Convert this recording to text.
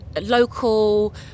local